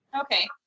Okay